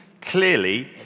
clearly